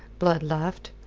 blood laughed.